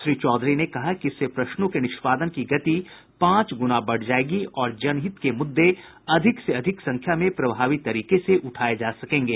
श्री चौधरी ने कहा कि इससे प्रश्नों के निष्पादन की गति पांच गुना बढ़ जायेगी और जनहित के मूददे अधिक से अधिक संख्या में प्रभावी तरीके से उठाये जा सकेंगे